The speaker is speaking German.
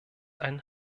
ein